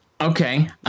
Okay